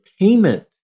payment